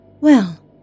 Well